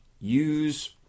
Use